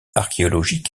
archéologique